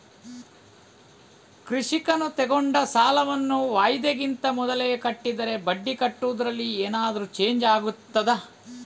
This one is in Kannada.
ಕೃಷಿಕನು ತೆಗೆದುಕೊಂಡ ಸಾಲವನ್ನು ವಾಯಿದೆಗಿಂತ ಮೊದಲೇ ಕಟ್ಟಿದರೆ ಬಡ್ಡಿ ಕಟ್ಟುವುದರಲ್ಲಿ ಏನಾದರೂ ಚೇಂಜ್ ಆಗ್ತದಾ?